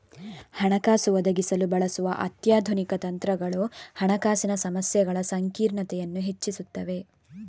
ಹಣಕಾಸು ಒದಗಿಸಲು ಬಳಸುವ ಅತ್ಯಾಧುನಿಕ ತಂತ್ರಗಳು ಹಣಕಾಸಿನ ಸಮಸ್ಯೆಗಳ ಸಂಕೀರ್ಣತೆಯನ್ನು ಹೆಚ್ಚಿಸುತ್ತವೆ